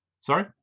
Sorry